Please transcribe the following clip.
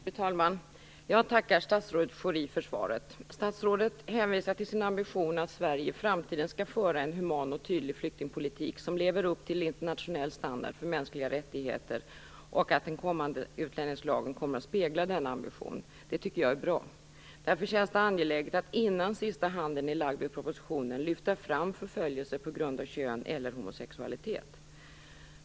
Fru talman! Jag tackar statsrådet Schori för svaret. Statsrådet hänvisar till sin ambition att Sverige i framtiden skall föra en human och tydlig flyktingpolitik som lever upp till internationell standard för mänskliga rättigheter och till att den kommande utlänningslagen kommer att spegla denna ambition. Det tycker jag är bra. Därför känns det angeläget att innan sista handen är lagd vid propositionen lyfta fram förföljelse på grund av kön eller homosexualitet.